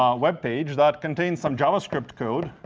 um web page that contains some javascript code.